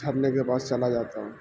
جھھرنے کے پاس چلا جاتا ہوں